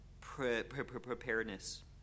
preparedness